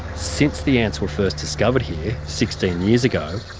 since the ants were first discovered here sixteen years ago,